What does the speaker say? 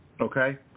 Okay